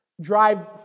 drive